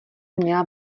měla